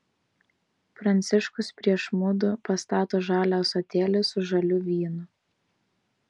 pranciškus prieš mudu pastato žalią ąsotėlį su žaliu vynu